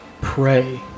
pray